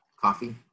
coffee